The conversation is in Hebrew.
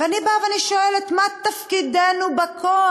ואני באה ואני שואלת: מה תפקידנו בכוח?